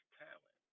talent